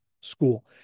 school